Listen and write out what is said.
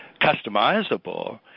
customizable